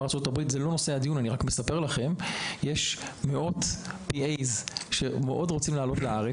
בארצות הברית יש מאות PAs שמאוד רוצים לעלות לארץ.